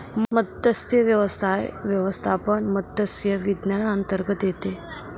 मत्स्यव्यवसाय व्यवस्थापन मत्स्य विज्ञानांतर्गत येते